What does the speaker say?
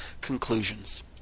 Conclusions